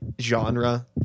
genre